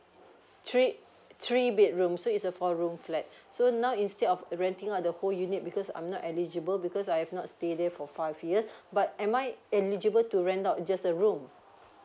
three three bedroom so it's a four room flat so now instead of renting out the whole unit because I'm not eligible because I've not stay there for five years but am I eligible to rent out just a room